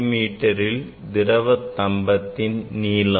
meal திரவ தம்பத்தின் நீளம்